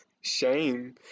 Shame